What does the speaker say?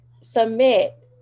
submit